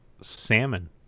salmon